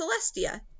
Celestia